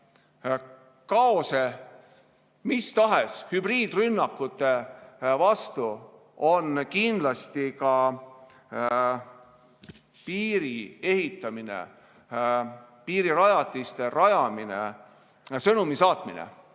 kaose mis tahes hübriidrünnakute vastu saadab kindlasti ka piiri ehitamine, piirirajatiste rajamine sõnumi, et see